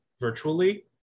virtually